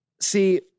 See-